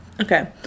okay